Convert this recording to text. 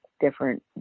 different